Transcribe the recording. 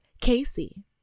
casey